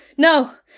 no!